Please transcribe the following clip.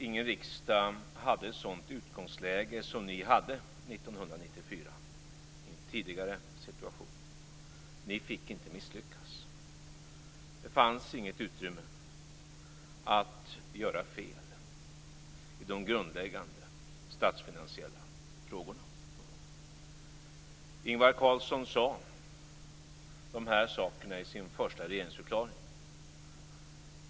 Ingen riksdag i en tidigare situation har haft ett sådant utgångsläge som ni hade 1994. Ni fick inte misslyckas. Det fanns inget utrymme för att göra fel i de grundläggande statsfinansiella frågorna. Ingvar Carlsson sade de här sakerna i sin första regeringsförklaring.